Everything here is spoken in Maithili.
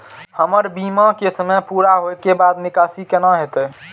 हमर बीमा के समय पुरा होय के बाद निकासी कोना हेतै?